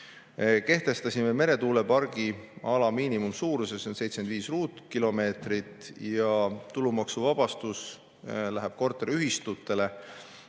Kehtestasime meretuulepargiala miinimumsuuruse: see on 75 ruutkilomeetrit. Tulumaksuvabastus läheb korteriühistutele,